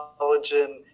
collagen